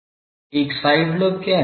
एक side lobe क्या है